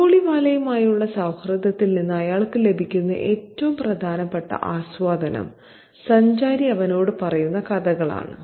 കാബൂളിവാലയുമായുള്ള സൌഹൃദത്തിൽ നിന്ന് അയാൾക്ക് ലഭിക്കുന്ന ഏറ്റവും പ്രധാനപ്പെട്ട ആസ്വാദനം സഞ്ചാരി അവനോട് പറയുന്ന കഥകളാണ്